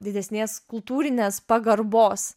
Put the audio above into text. didesnės kultūrinės pagarbos